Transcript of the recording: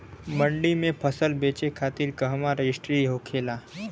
मंडी में फसल बेचे खातिर कहवा रजिस्ट्रेशन होखेला?